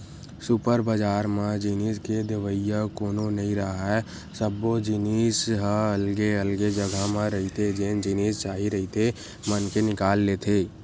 super बजार म जिनिस के देवइया कोनो नइ राहय, सब्बो जिनिस ह अलगे अलगे जघा म रहिथे जेन जिनिस चाही रहिथे मनखे निकाल लेथे